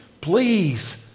please